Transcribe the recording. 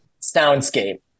soundscape